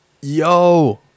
Yo